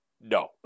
No